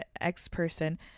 ex-person